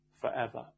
forever